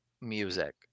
music